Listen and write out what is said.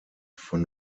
von